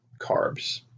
carbs